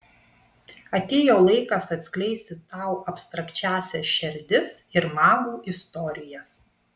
atėjo laikas atskleisti tau abstrakčiąsias šerdis ir magų istorijas